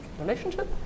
relationship